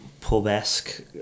pub-esque